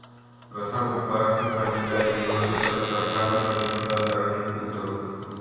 ರಸಗೊಬ್ಬರ ಸಿಕ್ಕಲಿಲ್ಲ ಎಂದು ರೈತ್ರು ಸರ್ಕಾರದ ವಿರುದ್ಧ ಧರಣಿ ಕೂತರು